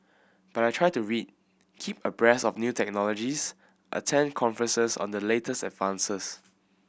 but I try to read keep abreast of new technologies attend conferences on the latest advances